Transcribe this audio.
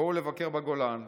בואו לבקר בגולן.